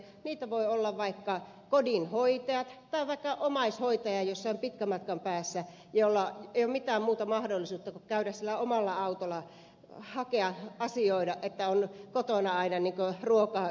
heitä voivat olla vaikka kodinhoitajat tai vaikka omaishoitaja jos on pitkän matkan päässä jolla ei ole mitään muuta mahdollisuutta kuin käydä omalla autolla hakea asioida niin että on kotona aina ruokaa ynnä muuta